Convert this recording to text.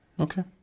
Okay